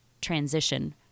transition